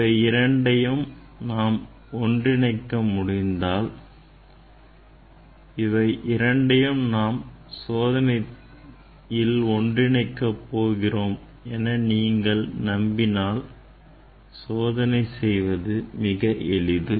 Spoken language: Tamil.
இவை இரண்டையும் நாம் ஒன்றிணைக்க முடிந்தால் இவை இரண்டையும் நாம் சோதனையில் ஒன்றிணைக்க போகிறோம் என்று நீங்கள் நம்பினால் சோதனை செய்வது மிக எளிது